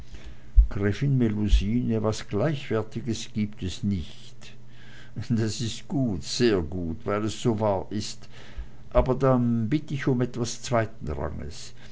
was gleichwertiges gibt es nicht das ist gut sehr gut weil es so wahr ist aber dann bitt ich um etwas zweiten ranges